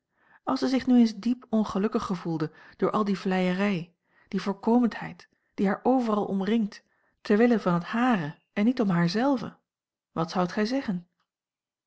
als zij zich nu eens diep ongelukkig gevoelde door al die vleierij die voorkomendheid die haar overal omringt ter wille van het hare en niet om haar zelve wat zoudt gij zeggen